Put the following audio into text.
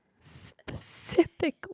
specifically